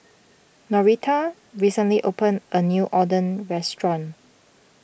Norita recently opened a new Oden restaurant